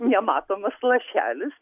nematomas lašelis